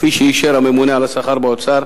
כפי שאישר הממונה על השכר באוצר,